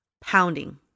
Pounding